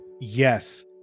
Yes